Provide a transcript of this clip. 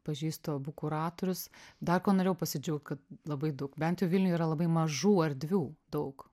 pažįstu abu kuratorius dar kuo norėjau pasidžiaugti labai daug bent jau vilniuje yra labai mažų erdvių daug